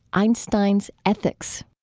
einstein's ethics.